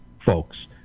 folks